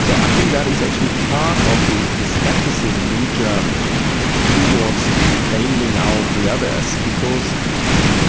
so i think that is actually part of the the scepticism in germany towards bailing out the others, because